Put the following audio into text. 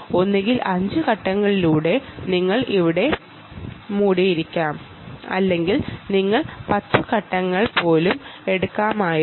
ഒന്നുകിൽ നിങ്ങൾ 5 സ്റ്റെപ്പുകൾ ഇവിടെ നടന്നിരിക്കാം അല്ലെങ്കിൽ 10 സ്റ്റെപ്പുകൾ എടുക്കാമായിരിക്കാം